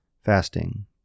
fasting